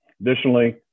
Additionally